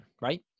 Right